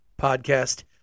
podcast